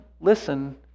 listen